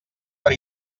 per